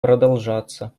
продолжаться